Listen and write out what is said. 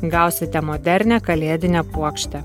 gausite modernią kalėdinę puokštę